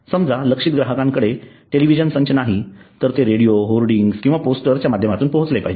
समजा लक्ष्यित ग्राहकांकडे टेलिव्हिजन संच नाहीत तर ते रेडिओ होर्डिंग किंवा पोस्टर्स च्या माध्यमातून पोहोचले पाहिजे